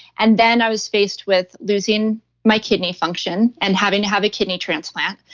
and then i was faced with losing my kidney function and having to have a kidney transplant.